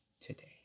today